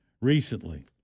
recently